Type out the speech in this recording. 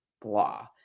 blah